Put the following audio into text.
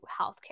healthcare